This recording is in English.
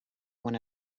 when